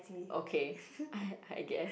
okay I I guess